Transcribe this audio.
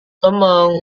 tom